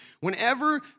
Whenever